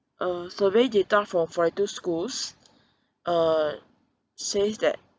uh survey data from forty two schools uh says that